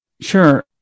Sure